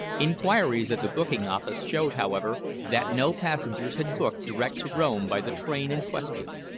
inquiries at the booking-office showed, however, that no passengers had booked direct to rome by the train in question.